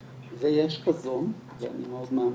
ויש חזון ואני מאוד מאמין,